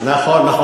נכון.